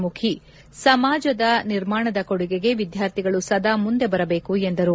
ಮುಖಿ ಸಮಾಜದ ನಿರ್ಮಾಣದ ಕೊಡುಗೆಗೆ ವಿದ್ವಾರ್ಧಿಗಳು ಸದಾ ಮುಂದೆ ಬರಬೇಕು ಎಂದರು